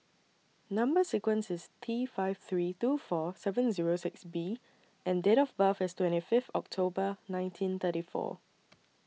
Number sequence IS T five three two four seven Zero six B and Date of birth IS twenty Fifth October nineteen thirty four